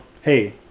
hey